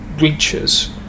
reaches